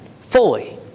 fully